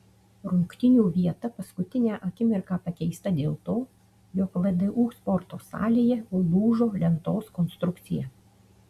rungtynių vieta paskutinę akimirką pakeista dėl to jog vdu sporto salėje lūžo lentos konstrukcija